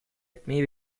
etmeyi